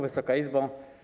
Wysoka Izbo!